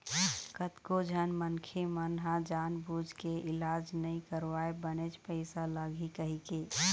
कतको झन मनखे मन ह जानबूझ के इलाज नइ करवाय बनेच पइसा लगही कहिके